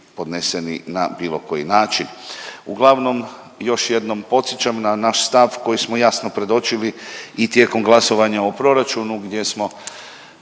podneseni na bilo koji način. Uglavnom još jednom podsjećam na naš stav koji smo jasno predočili i tijekom glasovanja o proračunu gdje smo